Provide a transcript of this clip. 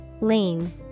Lean